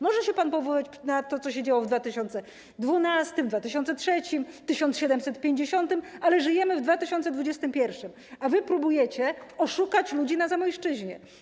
Może się pan powoływać na to, co się działo w 2012, 2003, 1750 r., ale żyjemy w 2021 r., a wy próbujecie oszukać ludzi na Zamojszczyźnie.